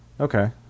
okay